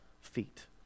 feet